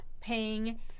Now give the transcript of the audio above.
paying